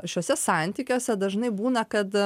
šiuose santykiuose dažnai būna kad